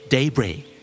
Daybreak